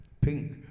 Pink